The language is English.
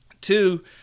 two